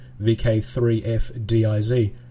VK3FDIZ